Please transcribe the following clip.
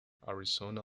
arizona